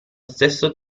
stesso